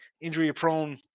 injury-prone